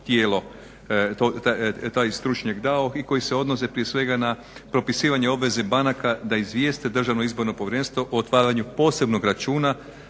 tijelo, taj stručnjak dao i koji se odnose prije svega na propisivanje obveze banaka da izvijeste Državno izborno povjerenstvo o otvaranju posebnog računa,